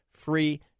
free